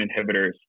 inhibitors